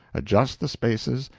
adjust the spaces,